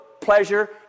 pleasure